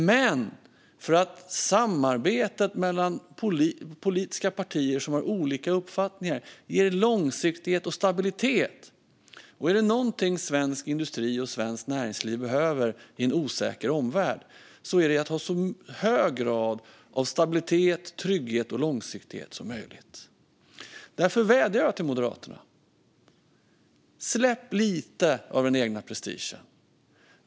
Men samarbete mellan politiska partier som har olika uppfattningar ger långsiktighet och stabilitet. Och är det någonting som svensk industri och svenskt näringsliv behöver med en osäker omvärld är det att en så hög grad av stabilitet, trygghet och långsiktighet som möjligt. Därför vädjar jag till Moderaterna: Släpp lite av den egna prestigen!